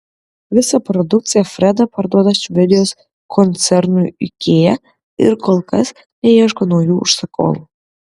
visą produkciją freda parduoda švedijos koncernui ikea ir kol kas neieško naujų užsakovų